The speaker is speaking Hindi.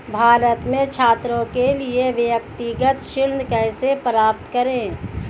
भारत में छात्रों के लिए व्यक्तिगत ऋण कैसे प्राप्त करें?